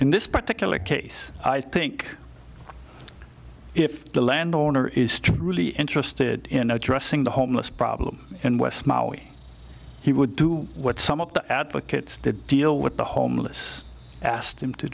in this particular case i think if the landowner is truly interested in addressing the homeless problem in west maui he would do what some of the advocates the deal with the homeless asked him to